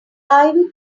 ivy